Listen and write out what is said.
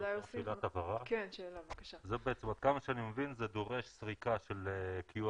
שאלת הבהרה, עד כמה שאני מבין זה דורש סריקה של QR